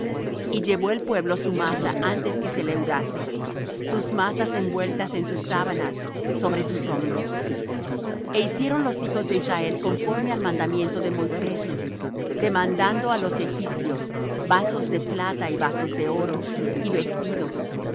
y llevó el pueblo su masa antes que se leudase sus masas envueltas en sus sábanas sobre sus hombros e hicieron los hijos de israel conforme al mandamiento de moisés demandando á los egipcios vasos de plata y vasos de oro y vestidos